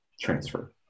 transfer